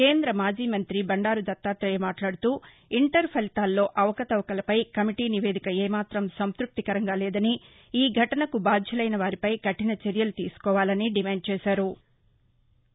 కేంద్ర మాజీ మంత్రి బండారు దత్తాతేయ మాట్లాడుతూ ఇంటర్ ఫలితాల్లో అవకతవకలపై కమిటీ నివేదిక ఏ మాతం సంత్పప్తికరంగా లేదని ఈఘటనకు బాధ్యులైన వారిపై కఠిన చర్యలు తీసుకోవాలని డిమాండ్ చేశారు